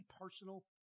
personal